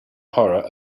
horror